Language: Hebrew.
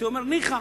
הייתי אומר: ניחא,